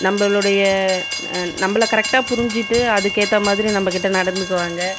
நம்மளுடைய நம்மள கரெக்ட்டாக புரிஞ்சிட்டு அதுக்கு ஏத்தமாரி நம்மகிட்ட நடந்துக்குவாங்கள்